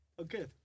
Okay